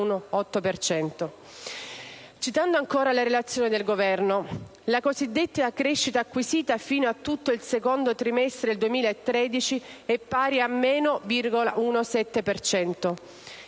Citando ancora la Relazione del Governo: «La cosiddetta "crescita acquisita" fino a tutto il secondo trimestre del 2013 è pari a - 1,7